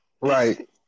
Right